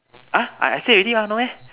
ah I say already mah no meh